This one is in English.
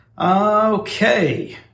okay